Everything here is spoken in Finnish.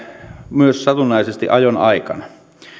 myös ajon aikana